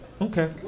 Okay